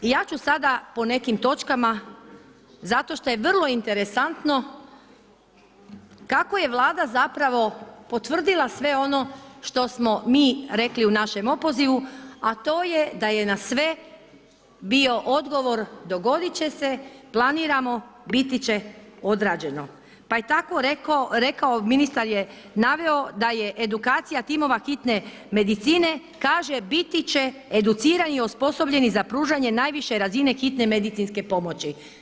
Ja ću sada po nekim točkama zato šta je vrlo interesantno kako je Vlada zapravo potvrdila sve ono što smo mi rekli u našem opozivu a to je da je na sve bio odgovor dogodit će se, planiramo, biti će odrađeno pa je tako rekao, ministar je naveo da je edukacija timova hitne medicine kaže, biti će educirani, osposobljeni za pružanje najviše razine hitne medicinske pomoći.